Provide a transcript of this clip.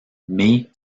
mai